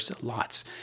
lots